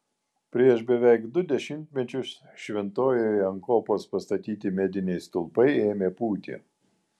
prieš beveik du dešimtmečius šventojoje ant kopos pastatyti mediniai stulpai ėmė pūti